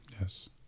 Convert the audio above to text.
Yes